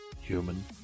human